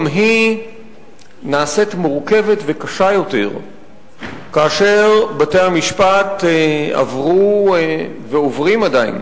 גם היא נעשית מורכבת וקשה יותר כאשר בתי-המשפט עברו ועוברים עדיין